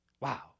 Wow